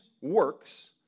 works